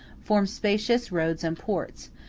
form spacious roads and ports,